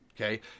Okay